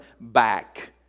back